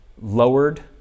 lowered